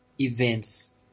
events